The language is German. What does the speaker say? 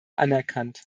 anerkannt